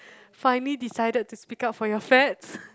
finally decided to speak up for your fats